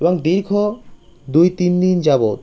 এবং দীর্ঘ দুই তিন দিন যাবৎ